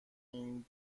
این